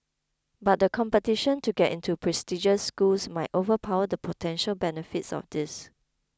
but the competition to get into prestigious schools might overpower the potential benefits of this